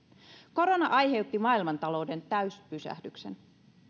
korona aiheutti maailmantalouden täyspysähdyksen